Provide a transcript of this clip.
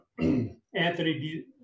Anthony